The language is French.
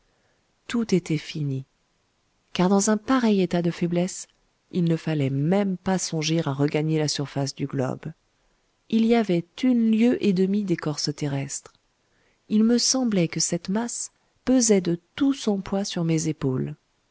tout était fini car dans un pareil état de faiblesse il ne fallait même pas songer à regagner la surface du globe il y avait une lieue et demie d'écorce terrestre il me semblait que cette masse pesait de tout son poids sur mes épaules